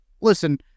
listen